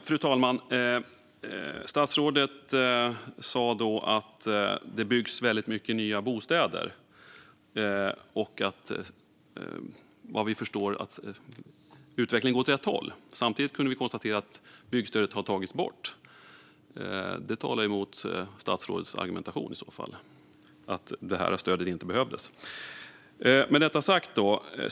Fru talman! Statsrådet sa att det byggs väldigt många nya bostäder och att utvecklingen går åt rätt håll. Samtidigt har byggstödet tagits bort. Det talar emot statsrådets argumentation för att stödet behövs.